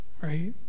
right